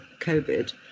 COVID